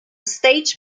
stage